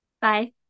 Bye